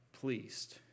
pleased